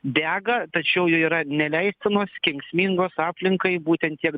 dega tačiau yra neleistinos kenksmingos aplinkai būten tiek